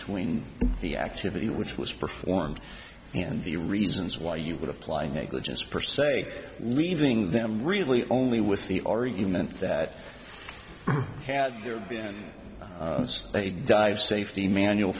tween the activity which was performed and the reasons why you would apply negligence per se leaving them really only with the argument that had there been a dive safety manual